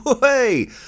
Hey